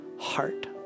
heart